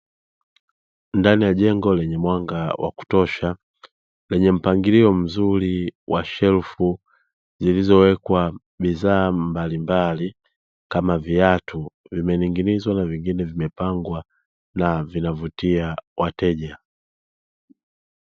Ndani ya jengo lenye mwanga wa kutosha lenye mpangilio mzuri wa shelfu, zilizowekwa bidhaa mbalimbali kama viatu vimeningizwa na vingine vimepangwa na vinavutia wateja.